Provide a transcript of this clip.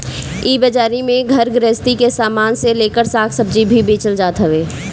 इ बाजारी में घर गृहस्ती के सामान से लेकर साग सब्जी भी बेचल जात हवे